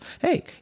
Hey